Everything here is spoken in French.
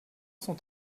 sont